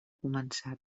començat